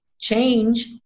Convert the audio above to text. change